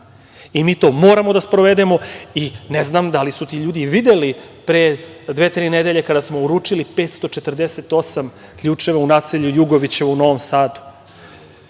i mi to moramo da sprovedemo i ne znam da li su ti ljudi videli pre dve, tri nedelje kada smo uručili 548 ključeva u naselju Jugovića u Novom